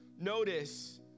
Notice